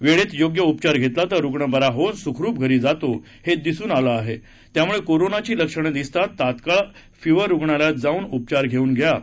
वेळेत योग्य उपचार घेतला तर रुग्ण बरा होऊन सुखरूप घरी जातो हे दिसून आले आहे त्यामुळे कोरोनाची लक्षणं दिसताच तात्काळ फिव्हर रुग्णालयात जाऊन उपचार करून घ्या असं आवाहनही त्यांनी केलं